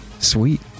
Sweet